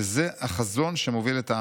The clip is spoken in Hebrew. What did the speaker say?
וזה החזון שמוביל את העם.